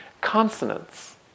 consonants